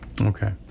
Okay